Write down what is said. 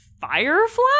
Firefly